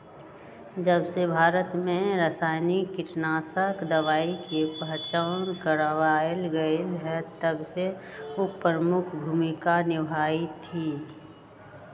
जबसे भारत में रसायनिक कीटनाशक दवाई के पहचान करावल गएल है तबसे उ प्रमुख भूमिका निभाई थई